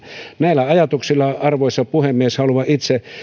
näillä ajatuksilla arvoisa puhemies haluan itse